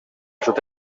sud